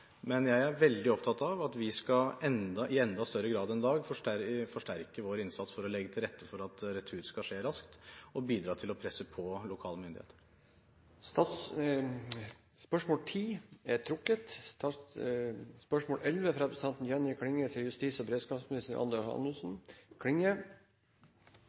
Jeg er veldig opptatt av at vi i enda større grad enn i dag skal forsterke vår innsats for å legge til rette for at retur skal skje raskt og bidra til å presse på lokale myndigheter. Dette spørsmålet er trukket tilbake. «Den siste tida har det vore fleire oppslag i media knytte til